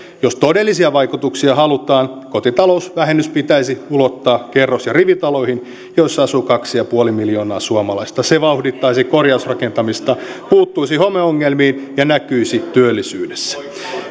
jos todellisia vaikutuksia halutaan kotitalousvähennys pitäisi ulottaa kerros ja rivitaloihin joissa asuu kaksi pilkku viisi miljoonaa suomalaista se vauhdittaisi korjausrakentamista puuttuisi homeongelmiin ja näkyisi työllisyydessä